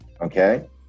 Okay